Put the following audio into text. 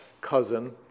cousin